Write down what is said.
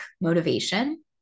motivation